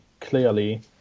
clearly